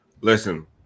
Listen